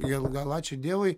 gal gal ačiū dievui